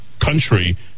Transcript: country